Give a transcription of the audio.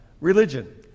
religion